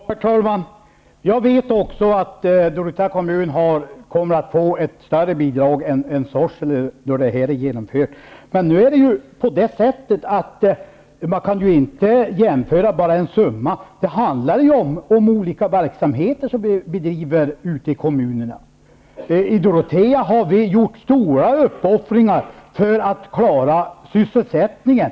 Herr talman! Jag vet också att Dorotea kommun kommer att få ett större bidrag än Sorsele när det här är genomfört. Men man kan ju inte bara jämföra en summa; det handlar om olika verksamheter som bedrivs ute i kommunerna. I Dorotea har vi gjort stora uppoffringar för att klara sysselsättningen.